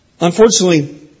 Unfortunately